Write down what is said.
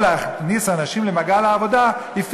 להכניס אנשים למעגל העבודה היא פיקציה,